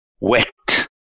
wet